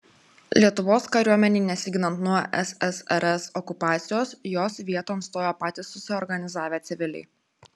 lietuvos kariuomenei nesiginant nuo ssrs okupacijos jos vieton stojo patys susiorganizavę civiliai